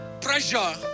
pressure